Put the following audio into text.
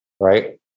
right